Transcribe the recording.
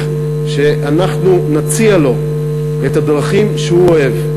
שאנחנו נציע לו את הדרכים שהוא אוהב.